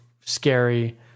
scary